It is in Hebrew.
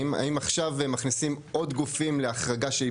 האם עכשיו מכניסים עוד גופים להחרגה שהיא